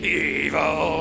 evil